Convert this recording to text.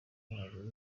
ntego